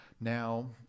Now